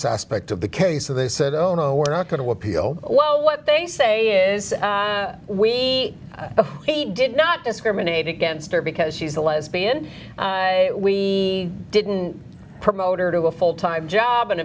aspect of the case so they said no no we're not going to appeal well what they say is we did not discriminate against her because she's a lesbian we didn't promote her to a full time job and